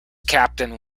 captain